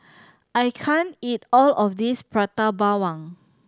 I can't eat all of this Prata Bawang